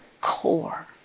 core